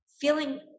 feeling